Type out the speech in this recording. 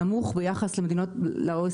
הקטנים ובתעשייה הקטנה נמוך ביחס למדינות ה-OECD,